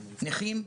נכים,